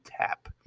tap